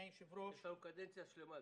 יש לנו קדנציה שלמה.